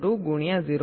02 ગુણ્યા 0